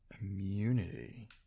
Immunity